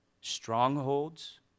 strongholds